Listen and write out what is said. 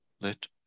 Let